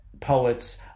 poets